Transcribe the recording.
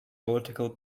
political